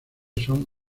son